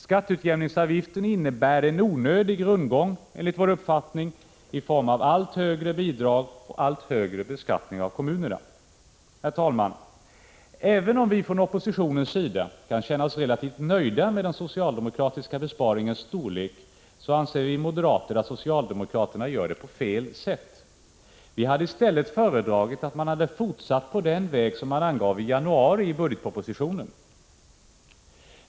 Skatteutjämningsavgiften innebär enligt vår uppfattningen onödig rundgång-— i form av allt högre bidrag och en allt högre beskattning av kommunerna. Herr talman! Även om vi från oppositionens sida kan känna oss relativt nöjda med den socialdemokratiska besparingens storlek, anser vi moderater att socialdemokraterna gör detta på fel sätt. Vi skulle i stället ha föredragit att man hade fortsatt på den väg som man angav i januari i budgetpropositionen.